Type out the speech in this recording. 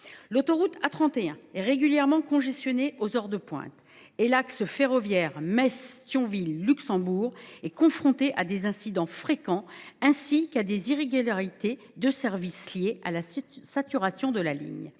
L’autoroute A31 est régulièrement congestionnée aux heures de pointe, et l’axe ferroviaire Metz Thionville Luxembourg est fréquemment confronté à des incidents, ainsi qu’à des irrégularités de service liées à la saturation de la ligne.